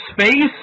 space